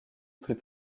plus